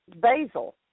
basil